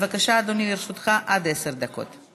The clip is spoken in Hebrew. בבקשה, אדוני, לרשותך עד עשר דקות.